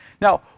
Now